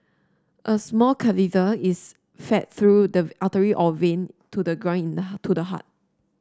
a small catheter is fed through the artery or vein to the groin to the heart